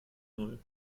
null